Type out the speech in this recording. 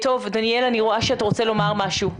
דניאל אני רואה שאתה רוצה לומר משהו.